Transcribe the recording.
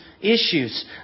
issues